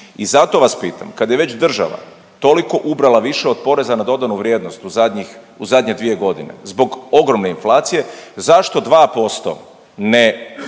I zato vas pitam kad je već država toliko ubrala više od poreza na dodanu vrijednost u zadnjih, u zadnje 2 godine zbog ogromne inflacije zašto 2% ne